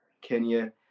Kenya